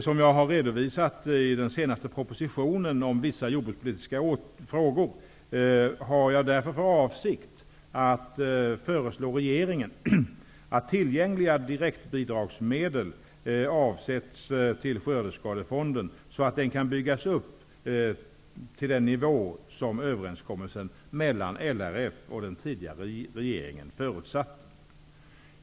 Som jag har redovisat i den senaste propositionen om vissa jordbrukspolitiska frågor har jag därför för avsikt att föreslå regeringen att tillgängliga direktbidragsmedel avsätts till skördeskadefonden så att den kan byggas upp till den nivå som överenskommelsen mellan LRF och den tidigare regeringen förutsatte.